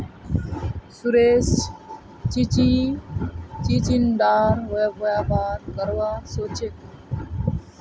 सुरेश चिचिण्डार व्यापार करवा सोच छ